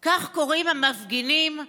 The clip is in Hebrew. / כך קוראים המפגינים /